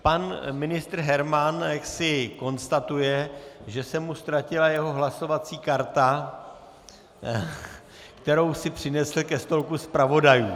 Pan ministr Herman konstatuje, že se mu ztratila jeho hlasovací karta, kterou si přinesl ke stolku zpravodajů.